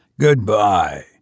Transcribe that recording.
Goodbye